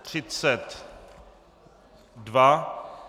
32.